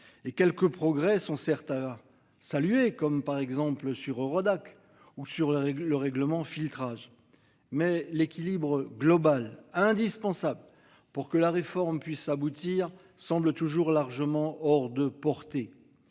quelques progrès sont certes heures salué comme par exemple sur Eurodac ou sur les règles le règlement filtrage mais l'équilibre global. Indispensable pour que la réforme puisse aboutir semble toujours largement hors de portée.